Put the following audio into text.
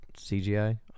CGI